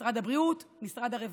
נזרקים ממשרד הבריאות למשרד הרווחה,